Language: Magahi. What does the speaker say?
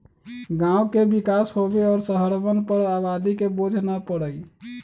गांव के विकास होवे और शहरवन पर आबादी के बोझ न पड़ई